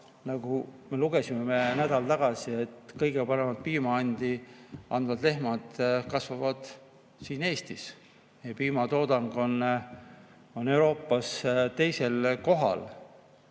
Nagu me lugesime nädal tagasi, et kõige parema piimaanniga lehmad kasvavad siin Eestis. Meie piimatoodang on Euroopas teisel kohal.